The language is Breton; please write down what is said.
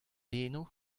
eno